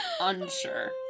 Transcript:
Unsure